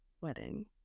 Wedding